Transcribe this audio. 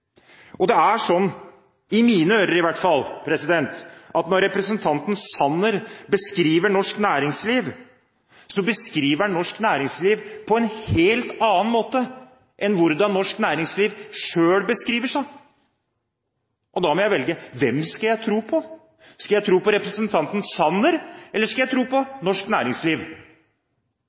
underlig. Det er sånn, i mine ører i hvert fall, at når representanten Sanner beskriver norsk næringsliv, beskriver han norsk næringsliv på en helt annen måte enn hvordan norsk næringsliv selv beskriver seg. Og da må jeg velge. Hvem skal jeg tro på? Skal jeg tro på representanten Sanner, eller skal jeg tro på norsk næringsliv?